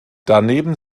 daneben